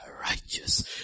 righteous